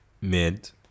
Mid